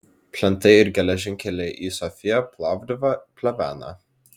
plentai ir geležinkeliai į sofiją plovdivą pleveną